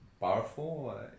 powerful